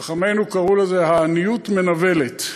חכמינו קראו לזה: העניות מנוולת.